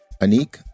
Anik